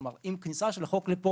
כלומר עם הכניסה של החוק לפועל,